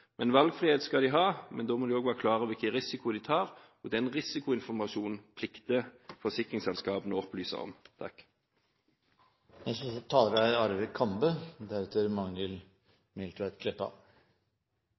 men da må de også være klar over hva slags risiko de tar, og den risikoinformasjonen plikter forsikringsselskapene å gi. Det er